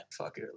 fucker